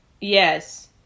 yes